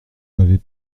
m’avez